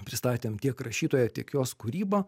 pristatėm tiek rašytoja tiek jos kūrybą